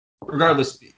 Regardless